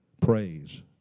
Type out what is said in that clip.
Praise